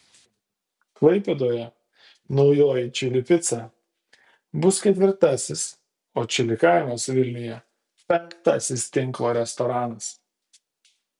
klaipėdoje naujoji čili pica bus ketvirtasis o čili kaimas vilniuje penktasis tinklo restoranas